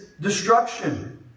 destruction